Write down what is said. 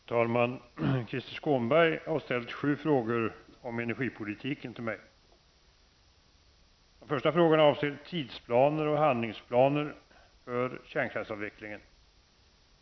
Herr talman! Krister Skånberg har ställt sju frågor om energipolitiken till mig. De första frågorna avser tidsplaner och handlingsplaner för kärnkraftsavvecklingen.